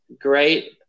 great